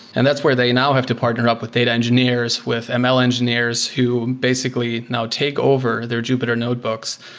and that's where they now have to partner up with data engineers with ml engineers who basically now take over their jupyter notebooks,